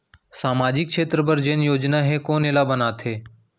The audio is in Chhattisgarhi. सामाजिक क्षेत्र बर जेन योजना हे कोन एला बनाथे?